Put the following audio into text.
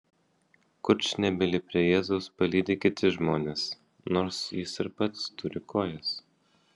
kurčnebylį prie jėzaus palydi kiti žmonės nors jis ir pats turi kojas